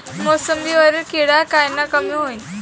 मोसंबीवरील डिक्या कायनं कमी होईल?